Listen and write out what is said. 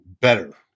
better